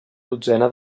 dotzena